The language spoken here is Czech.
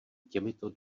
těmito